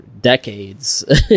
decades